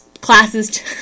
classes